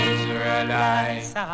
Israelite